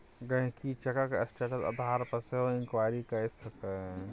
गांहिकी चैकक स्टेटस आधार पर सेहो इंक्वायरी कए सकैए